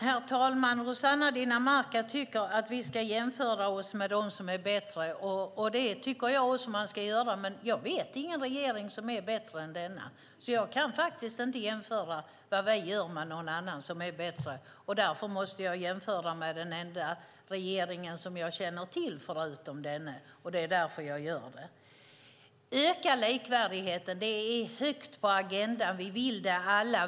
Herr talman! Rossana Dinamarca tycker att vi ska jämföra oss med dem som är bättre. Det tycker jag också att man ska göra, men jag vet ingen regeringen som är bättre än denna. Jag kan faktiskt inte jämföra det som vi gör med det som någon annan som är bättre gör. Därför måste jag jämföra med den enda regering som jag känner till förutom denna, och det är därför jag gör det. Det står högt på agendan att öka likvärdigheten. Det vill vi alla.